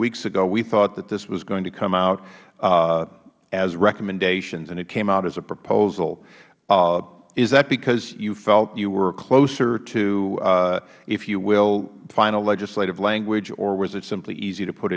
weeks ago we thought this was going to come out as recommendations and it came out as a proposal is that because you felt you were closer to if you will final legislative language or was it simply easier to put